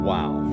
Wow